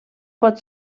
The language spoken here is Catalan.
pot